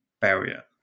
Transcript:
barrier